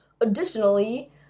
Additionally